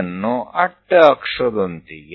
D ને આડી અક્ષ સાથે જોડો